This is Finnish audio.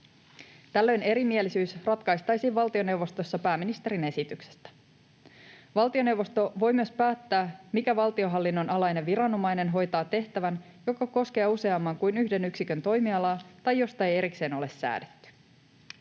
Tällöin erimielisyys ratkaistaisiin valtioneuvostossa pääministerin esityksestä. Valtioneuvosto voi myös päättää, mikä valtionhallinnon alainen viranomainen hoitaa tehtävän, joka koskee useamman kuin yhden yksikön toimialaa tai josta ei erikseen ole säädetty.